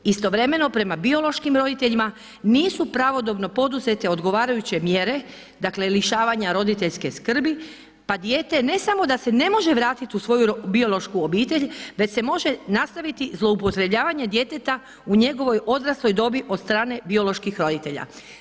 Istovremeno prema biološkim roditeljima nisu pravodobno poduzete odgovarajuće mjere dakle lišavanja roditeljske skrbi pa dijete ne samo da se ne može vratiti u svoju biološku obitelj, već se može nastaviti zloupotrebljavanje djeteta u njegovoj odrasloj dobi od strane bioloških roditelja.